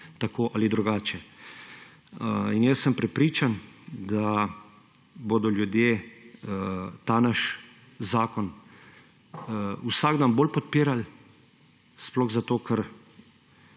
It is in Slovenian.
tako ali drugače. Prepričan sem, da bodo ljudje ta naš zakon vsak dan bolj podpirali, sploh zato, ker